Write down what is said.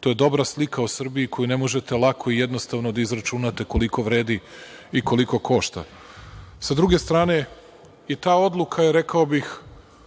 to je dobra slika o Srbiji koju ne možete lako i jednostavno da izračunate koliko vredi i koliko košta. Sa druge strane, i ta odluka, rekao bih